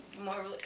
more